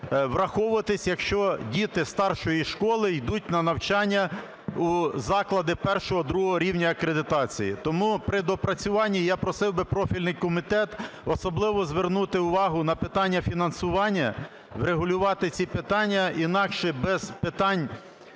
враховуватися, якщо діти старшої школи йдуть на навчання у заклади І-ІІ рівня акредитації. Тому при доопрацюванні я просив би профільний комітет особливо звернути увагу на питання фінансування, врегулювати ці питання, інакше без питань…